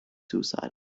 suicidal